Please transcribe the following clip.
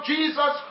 Jesus